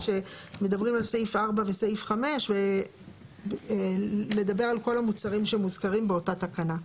שמדברים על סעיף 4 וסעיף 5 ולדבר על כל המוצרים שמוזכרים באותה תקנה.